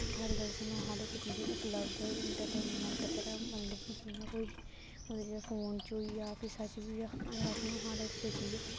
अजकल्ल सानूं हर इक चीज उपलब्ध ऐ इंटरटेनमेंट पर मतलब कि जि'यां कोई ओह्दे च फोन च होइया किसा च बी होइया अजकल्ल सानूं हर इक कोई चीज